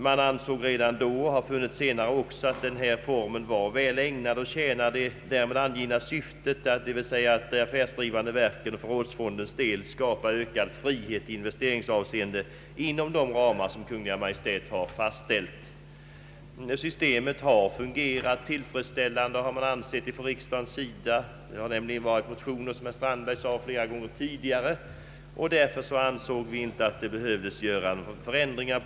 Man ansåg redan då och har senare också funnit att formen är väl ägnad att tjäna det angivna syftet, d.v.s. att för de affärsdrivande verken och förrådsfonden skapa frihet i investeringshänseende inom de ramar som Kungl. Maj:t har fastställt. Systemet har fungerat tillfredsställande, och därför har man inte ansett sig behöva göra några ändringar.